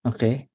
Okay